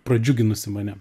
pradžiuginusi mane